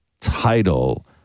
title